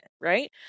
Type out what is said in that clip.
right